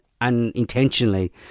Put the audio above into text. unintentionally